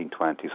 1920s